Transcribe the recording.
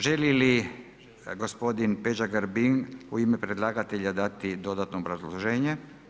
Želi li gospodin Peđa Grbin u ime predlagatelja dati dodatno obrazloženje?